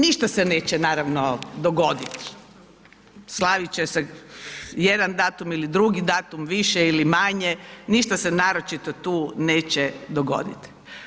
Ništa se neće naravno dogoditi, slaviti će se jedan datum ili drugi datum više ili manje ništa se naročito tu neće dogoditi.